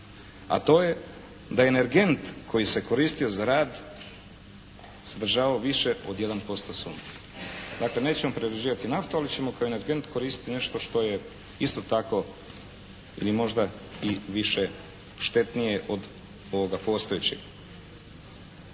a to je da energent koji se koristio za rad sadržavao više od jedan posto sumpora. Dakle, nećemo prerađivati naftu, ali ćemo kao energent koristiti nešto što je isto tako ili možda i više štetnije od ovoga postojećega.